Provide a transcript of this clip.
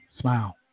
smile